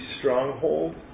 stronghold